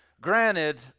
granted